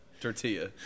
tortilla